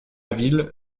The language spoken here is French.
ville